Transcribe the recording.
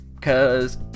cause